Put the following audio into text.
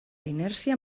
inèrcia